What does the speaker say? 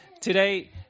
today